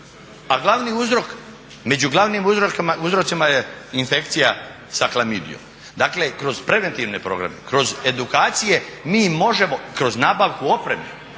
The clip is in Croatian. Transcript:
A glavni uzrok, među glavnim uzrocima je infekcija sa klamidijom. Dakle, kroz preventivne programe, kroz edukacije mi možemo, kroz nabavku opreme,